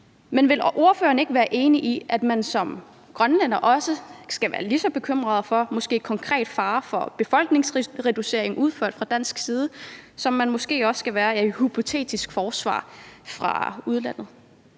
Men vil ordføreren ikke være enig i, at man som grønlænder også skal være lige så bekymret for en måske konkret fare for befolkningsreducering udført fra dansk side, som man måske skal være for et hypotetisk forsvar fra udlandet?